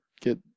get